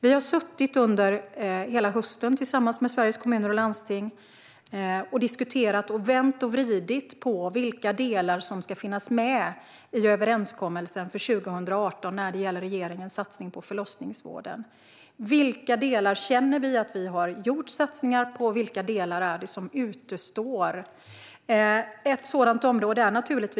Vi har under hela hösten suttit tillsammans med Sveriges Kommuner och Landsting och diskuterat och vänt och vridit på vilka delar som ska finnas med i överenskommelsen för 2018 när det gäller regeringens satsning på förlossningsvården. Vilka delar känner vi att vi har gjort satsningar på? Vilka delar är det som återstår?